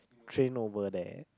train over there